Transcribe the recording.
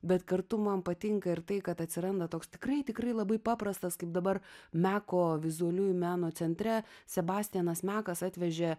bet kartu man patinka ir tai kad atsiranda toks tikrai tikrai labai paprastas kaip dabar meko vizualiųjų meno centre sebastianas mekas atvežė